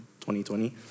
2020